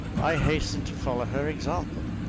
i hastened to follow her example.